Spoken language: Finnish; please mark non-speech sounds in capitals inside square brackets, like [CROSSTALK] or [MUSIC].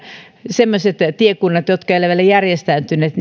semmoisista tiekunnista jotka eivät ole vielä järjestäytyneet [UNINTELLIGIBLE]